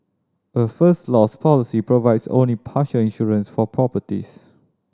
a First Loss policy provides only partial insurance for properties